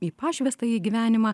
į pašvęstąjį gyvenimą